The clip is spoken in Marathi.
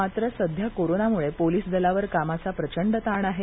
मात्र सध्या कोरोनामुळे पोलीस दलावर कामाचा प्रचंड ताण आहे